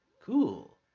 Cool